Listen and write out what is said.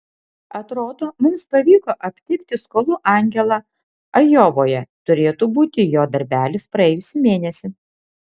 atrodo mums pavyko aptikti skolų angelą ajovoje turėtų būti jo darbelis praėjusį mėnesį